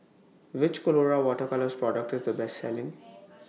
Which Colora Water Colours Product IS The Best Selling